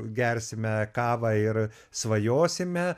gersime kavą ir svajosime